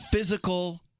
Physical